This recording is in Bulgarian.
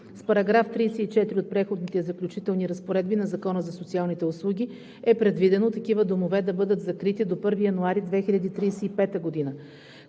С § 34 от Преходните и заключителните разпоредби на Закона за социалните услуги е предвидено такива домове да бъдат закрити до 1 януари 2035 г.